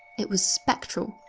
it was spectral.